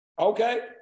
Okay